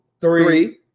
three